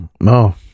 No